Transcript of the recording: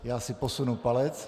Já si posunu palec.